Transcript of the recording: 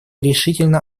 решительно